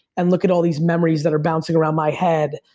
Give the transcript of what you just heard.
and look at all these memories that are bouncing around my head,